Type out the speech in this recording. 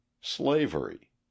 slavery